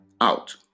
out